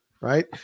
right